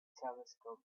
telescope